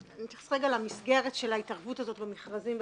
נתייחס רגע למסגרת של ההתערבות הזאת במכרזים בכלל.